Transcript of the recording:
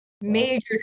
major